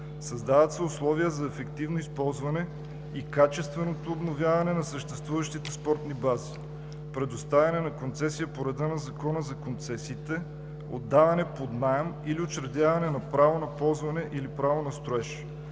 Създават се условия за ефективно използване и качественото обновяване на съществуващите спортни бази – предоставяне на концесия по реда на Закона за концесиите, отдаване под наем или учредяване на право на ползване или право на строеж.